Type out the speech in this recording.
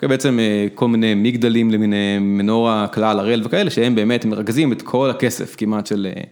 ובעצם כל מיני מגדלים למיניהם: מנורה, כלל, הראל, וכאלה שהם באמת מרכזים את כל הכסף כמעט של...